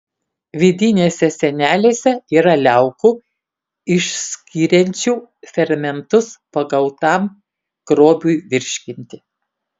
vidinėse sienelėse yra liaukų išskiriančių fermentus pagautam grobiui virškinti